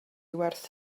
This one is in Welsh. werth